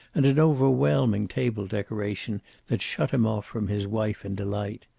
and an overwhelming table decoration that shut him off from his wife and delight,